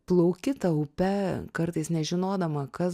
plauki ta upe kartais nežinodama kas